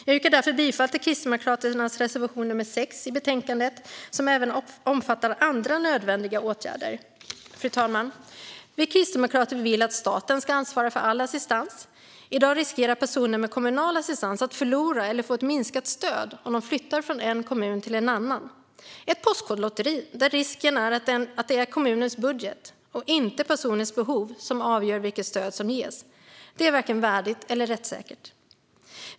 Jag yrkar därför bifall till Kristdemokraternas reservation nr 6 i betänkandet, som även omfattar andra nödvändiga åtgärder. Fru talman! Vi kristdemokrater vill att staten ska ansvara för all assistans. I dag riskerar personer med kommunal assistans att förlora eller få ett minskat stöd om de flyttar från en kommun till en annan. Det är ett postkodlotteri där risken är att det är kommunens budget, inte personens behov, som avgör vilket stöd som ges. Detta är varken värdigt eller rättssäkert.